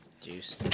Juice